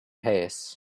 pace